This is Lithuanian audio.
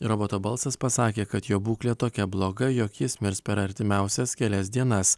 roboto balsas pasakė kad jo būklė tokia bloga jog jis mirs per artimiausias kelias dienas